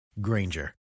Granger